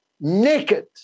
naked